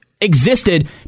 existed